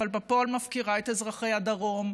אבל בפועל מפקירה את אזרחי הדרום,